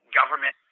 government